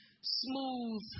smooth